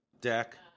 deck